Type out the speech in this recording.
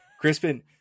Crispin